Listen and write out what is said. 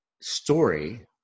story